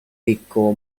ricco